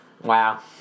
Wow